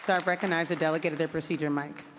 sort of recognize the delegate at the procedure mic.